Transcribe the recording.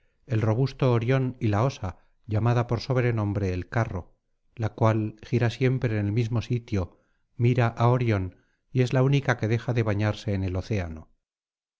el robusto orion y la osa llamada por sobrenombre el carro la cual gira siempre en el mismo sitio mira á orion y es la única que deja de bañarse en el océano